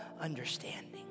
understanding